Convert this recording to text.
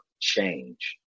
change